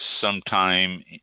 sometime